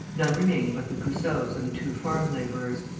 none remained but the goussots and the two farm-labourers.